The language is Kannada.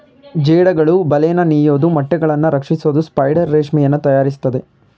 ಜೇಡಗಳು ಬಲೆನ ನೇಯೋದು ಮೊಟ್ಟೆಗಳನ್ನು ರಕ್ಷಿಸೋಕೆ ಸ್ಪೈಡರ್ ರೇಷ್ಮೆಯನ್ನು ತಯಾರಿಸ್ತದೆ